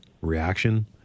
reaction